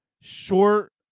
short